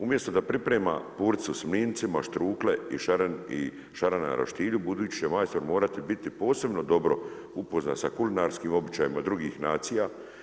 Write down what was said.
Umjesto da priprema puricu s mlincima, štrukle i šarana na roštilju, budući će majstor morati biti posebno dobro upoznat sa kulinarskim običajima drugih nacija.